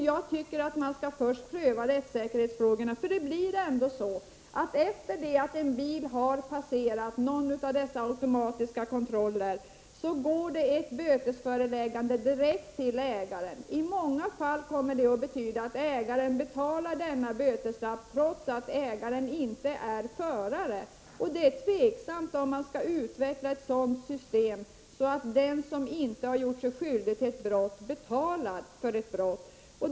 Jag tycker att man först skall pröva rättssäkerhetsfrågorna, för det blir ändå så att efter det att en bil har passerat en automatisk kontroll, går det ett bötesföreläggande direkt till ägaren. I många fall kommer det att betyda att ägaren betalar böterna trots att ägaren inte är förare. Det är tveksamt om man skall utveckla ett system där den som inte gjort sig skyldig till ett brott betalar för ett brott.